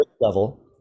level